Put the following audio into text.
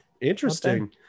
Interesting